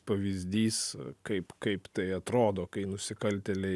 pavyzdys kaip kaip tai atrodo kai nusikaltėliai